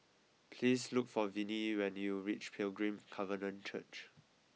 please look for Vinnie when you reach Pilgrim Covenant Church